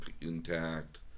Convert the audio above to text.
intact